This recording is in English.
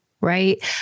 right